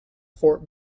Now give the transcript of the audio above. fort